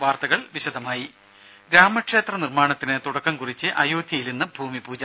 വാർത്തകൾ വിശദമായി രാമക്ഷേത്ര നിർമ്മാണത്തിന് തുടക്കം കുറിച്ച് അയോധ്യയിൽ ഇന്ന് ഭൂമി പൂജ